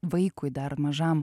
vaikui dar mažam